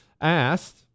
asked